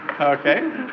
Okay